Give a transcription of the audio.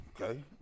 Okay